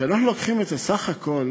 כשאנחנו לוקחים את הסך הכול,